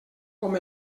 com